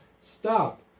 Stop